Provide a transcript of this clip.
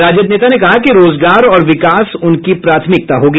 राजद नेता ने कहा कि रोजगार और विकास उनकी प्राथमिकता होगी